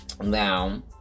Now